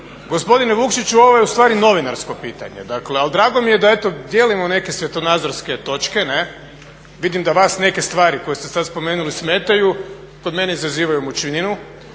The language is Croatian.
Gospodine Vukšiću, ovo je ustvari novinarsko pitanje dakle, ali drago mi je da eto dijelimo neke svjetonazorske točke. Vidim da vas neke stvari koje ste sad spomenuli smetaju, kod mene izazivaju mučninu,